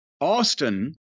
Austin